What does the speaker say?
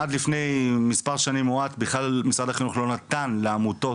עד לפני מספר שנים מועט בכלל משרד החינוך לא נתן לעמותות,